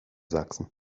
sachsen